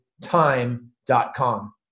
time.com